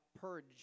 purge